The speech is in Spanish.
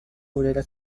obrera